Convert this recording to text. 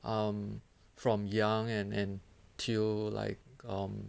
um from young and and till like um